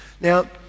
Now